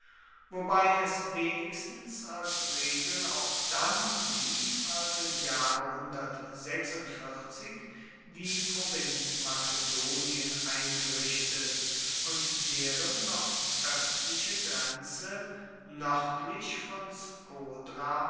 wobei es wenigstens als regel auch dann blieb als im jahre die provinz makedonien eingerichtet und deren nordöstliche grenze nördlich von skodra